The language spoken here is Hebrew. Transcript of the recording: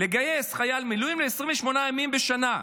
לגייס חייל מילואים ל-28 ימים בשנה,